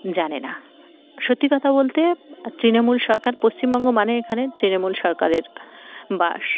জানে না সত্যি কথা বলতে তৃণমূল সরকার পশ্চিমবঙ্গ মানে এখানে তৃণমূল সরকারের বাস